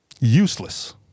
Useless